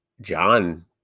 John